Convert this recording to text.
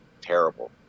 terrible